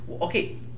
Okay